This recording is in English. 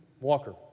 Walker